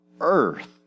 earth